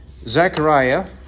Zechariah